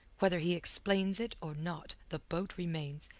whether he explains it or not, the boat remains,